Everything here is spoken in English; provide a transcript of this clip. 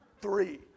Three